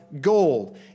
gold